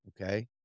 okay